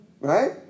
Right